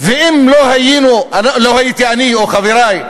ואם לא היינו, אני או חברי,